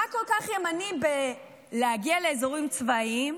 מה כל כך ימני בלהגיע לאזורים צבאיים,